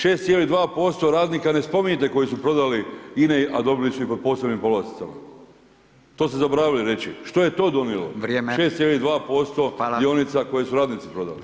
6,2% radnika ne spominjete koji su prodali INE, a dobili su ih po posebnim povlasticama, to ste zaboravili reći, što je to donijelo [[Upadica: Vrijeme.]] 6,2% [[Upadica: Hvala.]] dionica koje su radnici prodali.